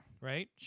right